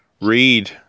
read